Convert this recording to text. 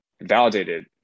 validated